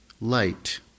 light